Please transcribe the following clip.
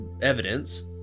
evidence